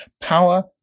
power